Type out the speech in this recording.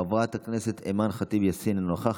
חברת הכנסת אימאן ח'טיב יאסין, אינה נוכחת,